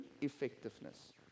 effectiveness